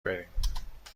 بریم